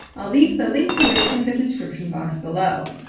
i'll leave the link to it in the description box below.